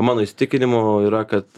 mano įsitikinimu yra kad